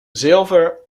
zilver